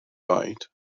oed